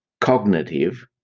cognitive